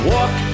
Walk